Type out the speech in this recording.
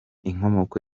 inkomoko